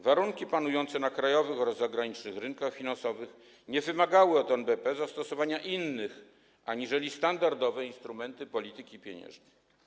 Warunki panujące na krajowych oraz zagranicznych rynkach finansowych nie wymagały od NBP zastosowania innych aniżeli standardowe instrumentów polityki pieniężnej.